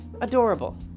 adorable